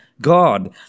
God